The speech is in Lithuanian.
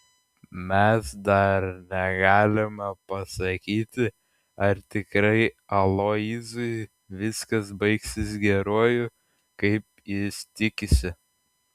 mes dar negalime pasakyti ar tikrai aloyzui viskas baigsis geruoju kaip jis tikisi